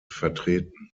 vertreten